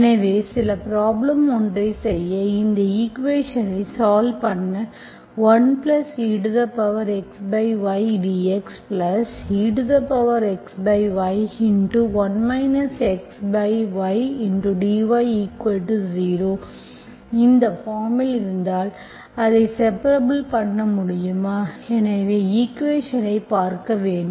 எனவே சில ப்ராப்ளேம் ஒன்றைச் செய்ய் இந்த ஈக்குவேஷன்ஐத் சால்வ் பண்ண 1exydxexy1 xydy0 இந்த பார்ம் இல் இருந்தால் அதை செபரபுல் பண்ண முடியுமா எனவே ஈக்குவேஷன்ஐ பார்க்க வேண்டும்